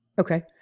Okay